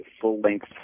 full-length